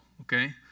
okay